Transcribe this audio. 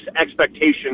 expectations